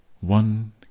one